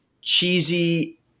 cheesy